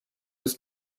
was